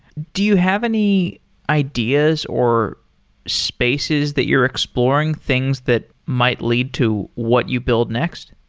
do you have any ideas or spaces that you're exploring things that might lead to what you build next?